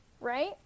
right